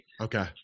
Okay